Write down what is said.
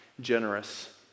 generous